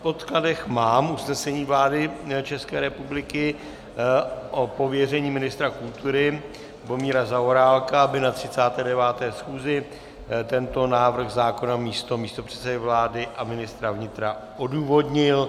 V podkladech mám usnesení vlády České republiky o pověření ministra kultury Lubomíra Zaorálka, aby na 39. schůzi tento návrh zákona místo místopředsedy vlády a ministra vnitra odůvodnil.